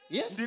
Yes